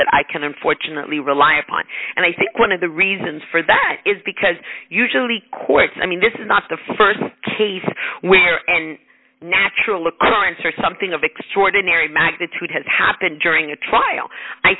that i can unfortunately rely upon and i think one of the reasons for that is because usually courts i mean this is not the st case where and natural occurrence or something of extraordinary magnitude has happened during a trial i